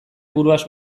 buruaz